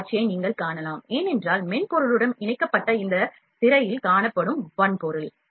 இந்த காட்சியை நீங்கள் காணலாம் ஏனென்றால் மென்பொருளுடன் இணைக்கப்பட்டு இந்த திரையில் காட்டப்படும் வன்பொருள்